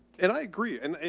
and i agree. and and,